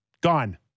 gone